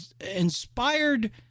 inspired